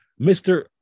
Mr